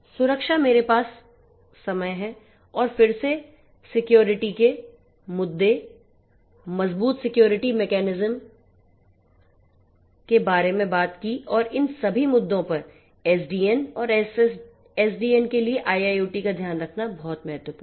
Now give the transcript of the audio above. सुरक्षा मेरे पास समय है और फिर से सिक्योरिटी के मुद्दे मजबूत सिक्योरिटी मेकैनिज्म के बारे में बात की और इन सभी मुद्दों पर एसडीएन और एसडीएन के लिए IIoT का ध्यान रखना बहुत महत्वपूर्ण है